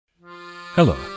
Hello